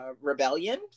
rebellion